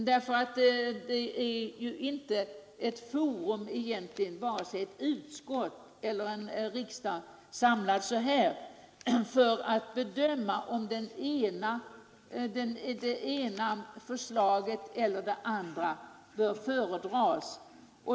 Varken ett utskott eller en riksdag är ju egentligen något forum som kan bedöma om det ena förslaget eller det andra bör föredras.